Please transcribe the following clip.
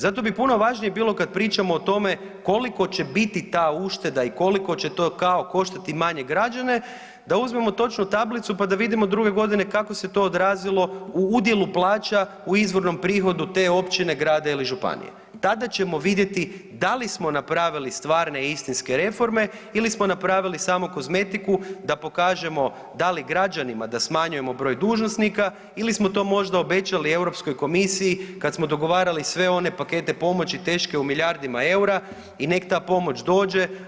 Zato bi puno važnije bilo kada pričamo o tome koliko će biti ta ušteda i koliko će to kao koštati manje građane da uzmemo točno tablicu pa da vidimo druge godine kako se to odrazilo u udjelu plaća u izvornom prihodu te općine, grada ili županije, tada ćemo vidjeti da li smo napravili stvarne i istinske reforme ili smo napravili samo kozmetiku da pokažemo da li građanima da smanjujemo broj dužnosnika ili smo to možda obećali Europskoj komisiji kada smo dogovarali sve one pakete pomoći teške u milijardama eura i nek ta pomoć dođe.